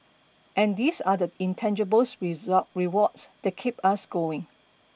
and these are the intangible rewards that keep us going